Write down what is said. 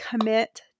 commit